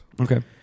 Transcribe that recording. Okay